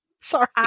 Sorry